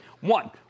One